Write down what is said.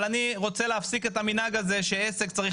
אבל אני רוצה להפסיק את המנהג הזה שעסק צריך